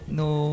no